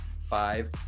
five